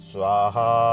Swaha